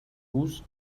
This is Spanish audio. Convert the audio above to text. bus